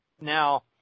Now